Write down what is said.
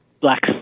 black